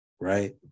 Right